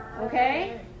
Okay